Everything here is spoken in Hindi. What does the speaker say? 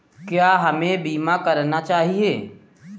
क्या हमें बीमा करना चाहिए?